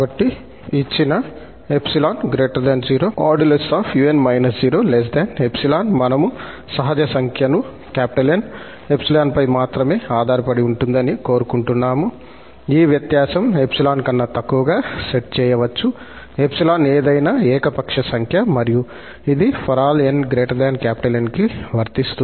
కాబట్టి ఇచ్చిన 𝜖 0 |𝑢𝑛−0|𝜖 మనము సహజ సంఖ్యను 𝑁 𝜖 పై మాత్రమే ఆధారపడి ఉంటుంది అని కోరుకుంటాము ఈ వ్యత్యాసం 𝜖 కన్నా తక్కువగా సెట్ చేయవచ్చు 𝜖 ఏదైనా ఏకపక్ష సంఖ్య మరియు ఇది ∀ 𝑛 𝑁 కి వర్తిస్తుంది